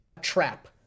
trap